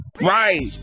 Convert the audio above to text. Right